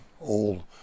old